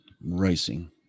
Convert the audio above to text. Racing